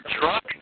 truck